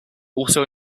also